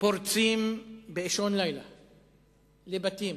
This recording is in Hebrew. פורצים באישון לילה לבתים,